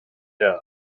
doe